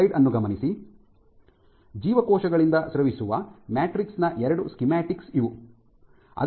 ಜೀವಕೋಶಗಳಿಂದ ಸ್ರವಿಸುವ ಮ್ಯಾಟ್ರಿಕ್ಸ್ ನ ಎರಡು ಸ್ಕೀಮ್ಯಾಟಿಕ್ಸ್ ಇವು